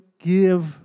Give